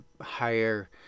higher